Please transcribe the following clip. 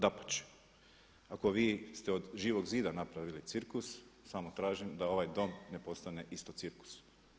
Dapače, ako vi ste od Živog zida napravili cirkus, samo tražim da ovaj Dom ne postane isto cirkus.